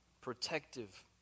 protective